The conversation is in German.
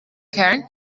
kern